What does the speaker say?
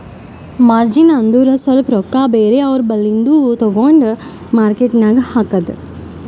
margin ಅಂದುರ್ ಸ್ವಲ್ಪ ರೊಕ್ಕಾ ಬೇರೆ ಅವ್ರ ಬಲ್ಲಿಂದು ತಗೊಂಡ್ ಮಾರ್ಕೇಟ್ ನಾಗ್ ಹಾಕದ್